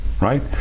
Right